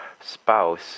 spouse